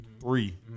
three